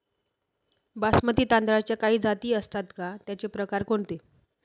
बासमती तांदळाच्या काही जाती असतात का, त्याचे प्रकार कोणते?